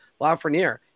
Lafreniere